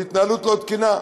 על התנהלות לא תקינה,